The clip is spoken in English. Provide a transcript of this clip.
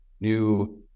new